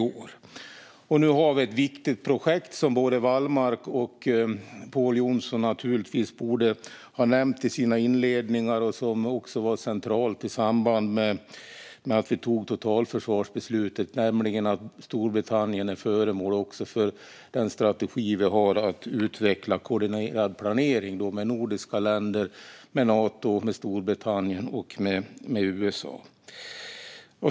Nu har vi också ett viktigt projekt som både Wallmark och Pål Jonson borde ha nämnt i sina inledningar och som var centralt i samband med att vi tog totalförsvarsbeslutet, nämligen att även Storbritannien är föremål för den strategi vi har för att utveckla koordinerad planering med nordiska länder, Nato, Storbritannien och USA.